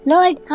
Lord